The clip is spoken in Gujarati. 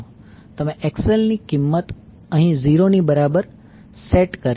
તમે XL ની કિંમત અહીં 0 ની બરાબર સેટ કરી